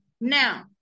now